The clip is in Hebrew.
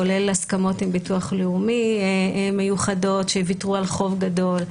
כולל הסכמות מיוחדות עם ביטוח לאומי שוויתרו על חוב גדול.